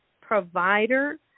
provider